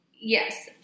yes